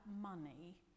money